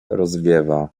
rozwiewa